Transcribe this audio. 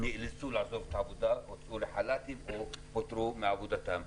נאלצו לעזוב את העבודה או הוצאו לחל"תים או פוטרו מעבודתם.